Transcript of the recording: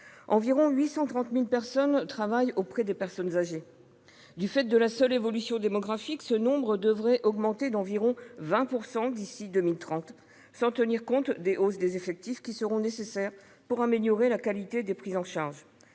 Environ 830 000 personnes travaillent auprès des personnes âgées. Du fait de la seule évolution démographique, ce nombre devrait augmenter d'environ 20 % d'ici à 2030, sans tenir compte des hausses des effectifs qui seront nécessaires pour améliorer la qualité des prises en charge.